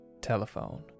Telephone